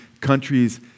countries